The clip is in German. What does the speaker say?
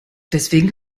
deswegen